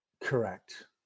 Correct